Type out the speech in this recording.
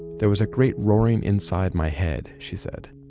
there was a great roaring inside my head, she said,